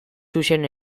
zuzen